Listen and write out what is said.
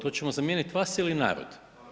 Hoćemo zamijenit vas ili narod?